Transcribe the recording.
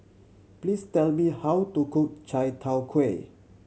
please tell me how to cook chai tow kway